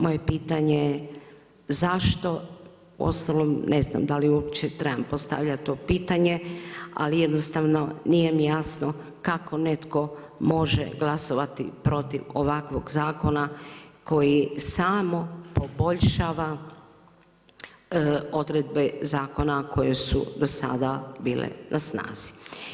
Moje pitanje je zašto uostalom, ne znam, da li uopće trebam postavljati to pitanje, ali jednostavno nije mi jasno kako netko može glasovati protiv ovakvog zakona koji samo poboljšava odredbe zakona koje su do sada bile na snazi.